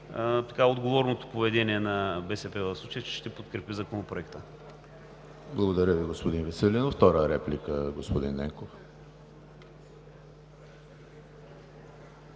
за отговорното поведение на БСП в случая, че ще подкрепи Законопроекта.